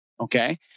Okay